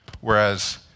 whereas